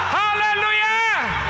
hallelujah